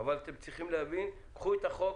אבל אתם צריכים להבין קחו את החוק,